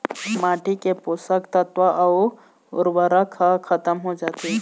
माटी के पोसक तत्व अउ उरवरक ह खतम हो जाथे